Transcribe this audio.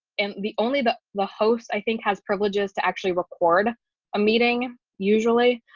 and the only the the host i think has privileges to actually record a meeting usually